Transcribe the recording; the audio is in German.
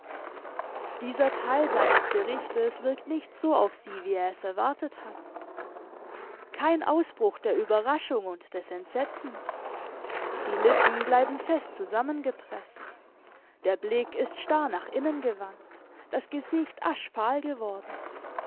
dieser teil seines berichtes wirkt nicht so auf sie wie er es erwartet hat kein ausbruch der überraschung und des entsetzens die lippen bleiben fest zusammengepreßt der blick ist starr nach innen gewandt das gesicht aschfahl geworden